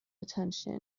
attention